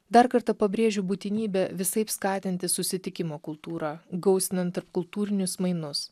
dar kartą pabrėžiu būtinybę visaip skatinti susitikimo kultūrą gausinant tarpkultūrinius mainus